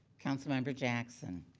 councilmember jackson.